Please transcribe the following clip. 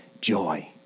joy